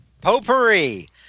Potpourri